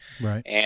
Right